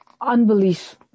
unbelief